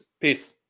Peace